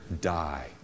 die